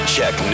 Check